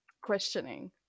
Questioning